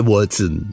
Watson